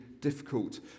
difficult